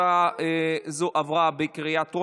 ההצעה להעביר את הצעת חוק הגנת הצרכן (תיקון,